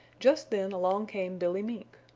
just then along came billy mink.